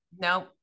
No